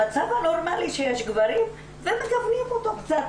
המצב הנורמלי שיש גברים ומגוונים אותו קצת,